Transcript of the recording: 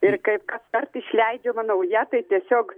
ir kaip kaskart išleidžiama nauja tai tiesiog